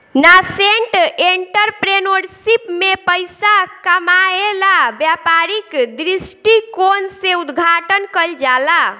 nascent entrepreneurship में पइसा कामायेला व्यापारिक दृश्टिकोण से उद्घाटन कईल जाला